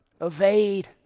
evade